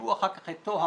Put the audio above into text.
תשמעו אחר כך את טוהר,